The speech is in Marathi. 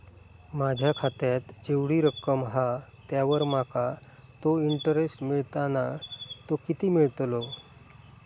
माझ्या खात्यात जेवढी रक्कम हा त्यावर माका तो इंटरेस्ट मिळता ना तो किती मिळतलो?